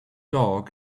dog